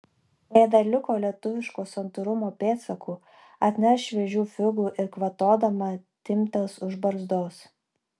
o jei dar liko lietuviško santūrumo pėdsakų atneš šviežių figų ir kvatodama timptels už barzdos